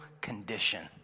condition